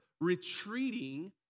retreating